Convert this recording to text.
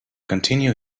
continue